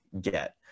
get